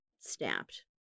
snapped